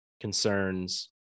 concerns